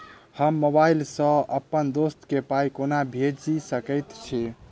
हम मोबाइल सअ अप्पन दोस्त केँ पाई केना भेजि सकैत छी?